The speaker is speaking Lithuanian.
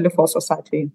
lifosos atveju